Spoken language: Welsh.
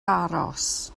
aros